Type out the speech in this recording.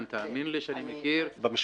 האמן לי שאני מכיר את הבניין.